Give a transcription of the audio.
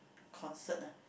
concert ah